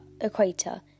equator